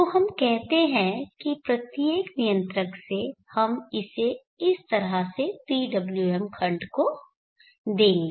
तो हम कहते हैं प्रत्येक नियंत्रक से हम इसे इस तरह से PWM खंड को देंगे